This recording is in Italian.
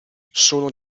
sono